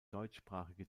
deutschsprachige